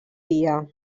dia